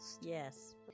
yes